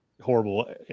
horrible